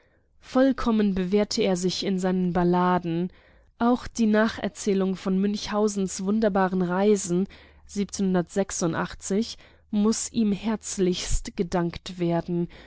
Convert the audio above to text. vollkommen bewährte er sich in seinen balladen auch die legende von münchhausens wunderbaren reisen muß ihm herzlich gedankt werden